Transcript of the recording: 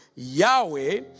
Yahweh